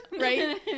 Right